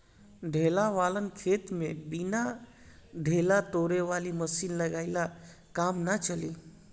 ढेला वालन खेत में बिना ढेला तोड़े वाली मशीन लगइले काम नाइ चली